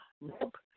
Nope